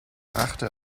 achte